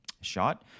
shot